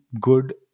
good